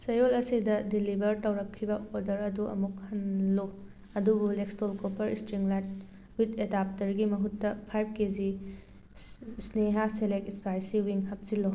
ꯆꯌꯣꯜ ꯑꯁꯤꯗ ꯗꯤꯂꯤꯚꯔ ꯇꯧꯔꯛꯈꯤꯕ ꯑꯣꯔꯗꯔ ꯑꯗꯨ ꯑꯃꯨꯛ ꯍꯟꯂꯨ ꯑꯗꯨꯕꯨ Lexton copper string light with ꯑꯗꯥꯞꯇꯔꯒꯤ ꯃꯍꯨꯠꯇ ꯐꯥꯏꯚ ꯀꯦꯖꯤ ꯏꯁꯅꯦꯍꯥ ꯁꯦꯂꯦꯛ ꯏꯁꯄꯥꯏꯁꯤ ꯋꯤꯡ ꯍꯥꯞꯆꯤꯜꯂꯨ